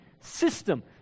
system